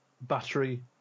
battery